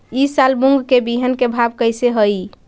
ई साल मूंग के बिहन के भाव कैसे हई?